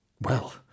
Well